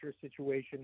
situation